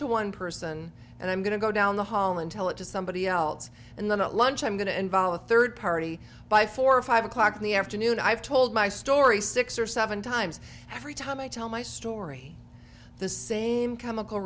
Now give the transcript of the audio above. to one person and i'm going to go down the hall and tell it to somebody else and then at lunch i'm going to involve a third party by four or five o'clock in the afternoon i've told my story six or seven times every time i tell my story the same chemical